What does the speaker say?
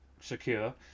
secure